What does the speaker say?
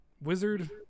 Wizard